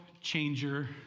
changer